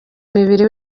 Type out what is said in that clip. mubiri